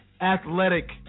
Athletic